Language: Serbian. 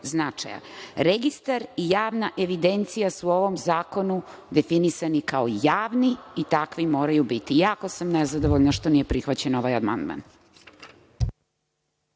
značaja. Registar i javna evidencija su u ovom zakonu definisani kao javni i takvi moraju biti. Jako sam nezadovoljna što nije prihvaćen ovaj amandman.